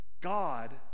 God